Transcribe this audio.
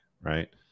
right